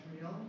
real